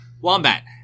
Wombat